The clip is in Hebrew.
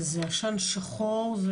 זה עשן שחור,